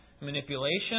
manipulation